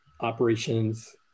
operations